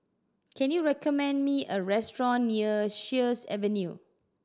can you recommend me a restaurant near Sheares Avenue